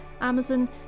Amazon